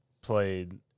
played